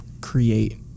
create